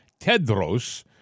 Tedros